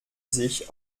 sich